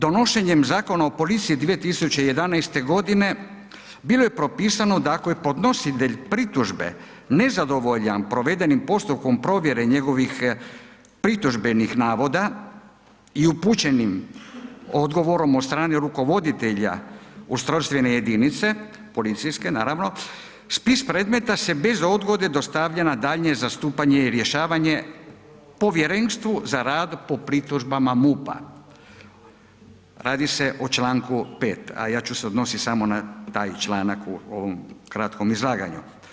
Donošenjem Zakona o policiji 2011. g. bilo je propisano da ako je podnositelj pritužbe nezadovoljan provedenim postupkom provjere njegovih pritužbenih navoda i upućenim odgovorom od strane rukovoditelja ustrojstvene jedinice, policijske naravno, spis predmeta se bez odgode dostavlja na daljnje zastupanje i rješavanje povjerenstvu za rad po pritužbama MUP-a, radi se o članku 5. a ja ću se odnositi samo na taj članak u ovom kratkom izlaganju.